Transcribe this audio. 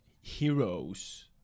heroes